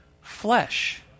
flesh